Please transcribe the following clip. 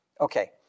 Okay